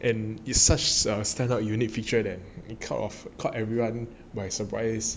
and it's such a stand out unique feature that kind of caught everyone by surprise